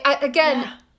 again